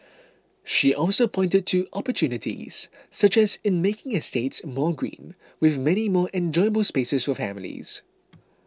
she also pointed to opportunities such as in making estates more green with many more enjoyable spaces for families